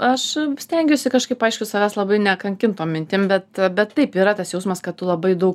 aš stengiuosi kažkaip aišku savęs labai nekankint tom mintim bet bet taip yra tas jausmas kad tu labai daug